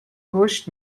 رشد